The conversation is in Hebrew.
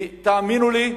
תאמינו לי,